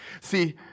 See